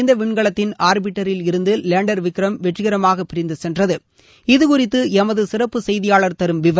இந்த விண்கலத்தின் ஆர்பிட்டரில் இருந்து லேண்டர் விக்ரம் வெற்றிகரமாக பிரிந்து சென்றது இதுகுறித்து எமது சிறப்பு செய்தியாளர் தரும் விவரம்